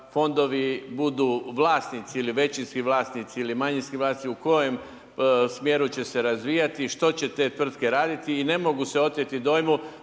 budu vlasnici ili većinski vlasnici ili manjinski vlasnici u kojem smjeru će se razvijati i što će te tvrtke raditi i ne mogu se oteti dojmu